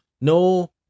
no